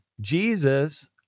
Jesus